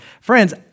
Friends